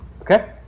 Okay